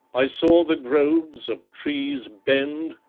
i saw the groves of trees bend,